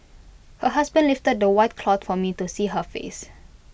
her husband lifted the white cloth for me to see her face